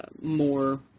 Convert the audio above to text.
more